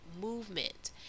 movement